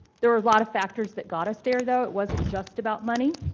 there were a lot of factors that got us there, though. it wasn't just about money,